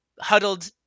huddled